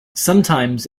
sometimes